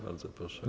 Bardzo proszę.